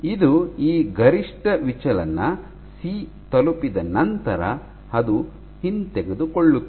ಇದು ಈ ಗರಿಷ್ಠ ವಿಚಲನ ಸಿ ತಲುಪಿದ ನಂತರ ಅದು ಹಿಂತೆಗೆದುಕೊಳ್ಳುತ್ತದೆ